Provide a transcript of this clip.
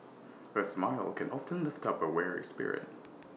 A smile can often lift up A weary spirit